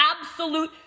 absolute